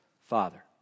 father